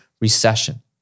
recession